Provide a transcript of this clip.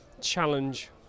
challenge